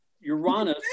uranus